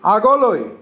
আগলৈ